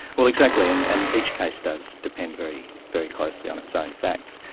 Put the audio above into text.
well exactly, and and each case does depend very very closely on its own facts,